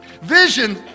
Vision